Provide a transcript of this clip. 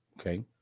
Okay